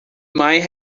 might